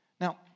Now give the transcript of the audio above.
Now